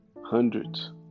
hundreds